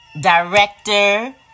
director